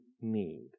need